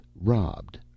robbed